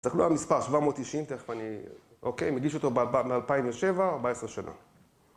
תסתכלו על המספר, 790 תכף אני... אוקיי, מגיש אותו ב-2007, 14 שנה.